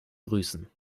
grüßen